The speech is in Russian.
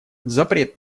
запрет